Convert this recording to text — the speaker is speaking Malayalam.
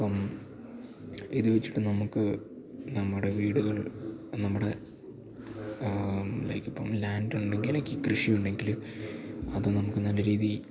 അപ്പം ഇത് വെച്ചിട്ട് നമുക്ക് നമ്മുടെ വീടുകൾ നമ്മുടെ ലൈക്ക് ഇപ്പം ലാൻഡ് ഉണ്ടെങ്കിൽ ലൈക്ക് കൃഷിയുണ്ടെങ്കില് അത് നമുക്ക് നല്ല രീതിയില്